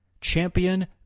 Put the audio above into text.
Champion